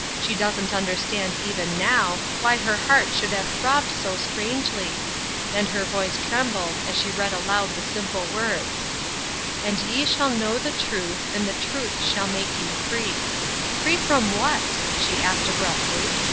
she doesn't understand even now why her heart should have throbbed so strangely and her voice trembled as she read aloud the simple words and ye shall know the truth, and the truth shall make you free free from what? she asked abruptly.